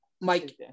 Mike